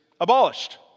abolished